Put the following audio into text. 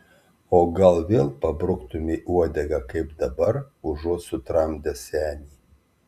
o gal vėl pabruktumei uodegą kaip dabar užuot sutramdęs senį